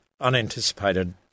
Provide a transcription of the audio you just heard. unanticipated